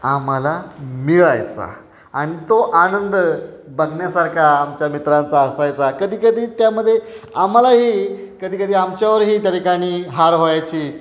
आम्हाला मिळायचा आणि तो आनंद बघण्यासारखा आमच्या मित्रांचा असायचा कधी कधी त्यामध्ये आम्हालाही कधीकधी आमच्यावरही त्या ठिकाणी हार व्हायची